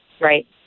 right